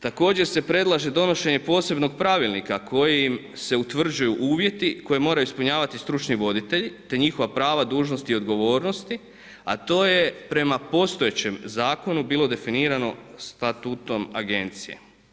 Također se predlaže donošenje posebnog pravilnika kojim se utvrđuju uvjeti koji moraju ispunjavati stručni voditelji te njihova prava, dužnosti i odgovornosti a to je prema postojećem zakonu bilo definirano statutom agencije.